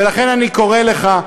ולכן אני קורא לך,